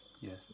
yes